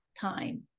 time